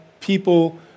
people